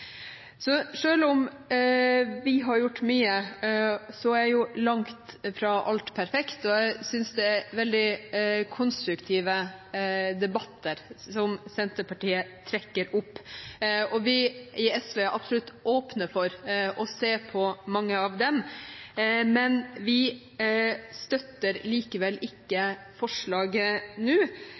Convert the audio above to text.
om vi har gjort mye, er langt fra alt perfekt. Jeg synes det er veldig konstruktive debatter som Senterpartiet trekker opp, og vi i SV er absolutt åpne for å se på mange av dem. Vi støtter likevel ikke forslaget nå,